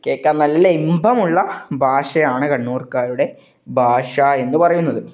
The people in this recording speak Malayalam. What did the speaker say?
കേൾക്കാൻ നല്ല ഇമ്പമുള്ള ഭാഷയാണ് കണ്ണൂർക്കാരുടെ ഭാഷ എന്ന് പറയുന്നത്